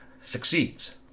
succeeds